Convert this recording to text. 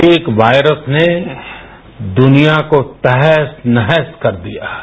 एक वॉयरस ने दुनिया को तहस नहस कर दिया है